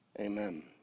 Amen